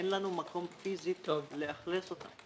אין לנו מקום פיזי לאכלס אותם.